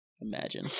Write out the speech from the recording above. Imagine